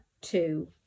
two